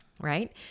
right